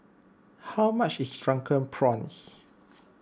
how much is Drunken Prawns